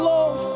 Lord